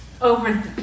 over